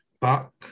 back